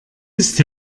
ist